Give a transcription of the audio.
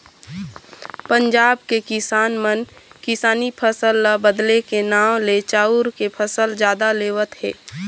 पंजाब के किसान मन किसानी फसल ल बदले के नांव ले चाँउर के फसल जादा लेवत हे